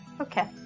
Okay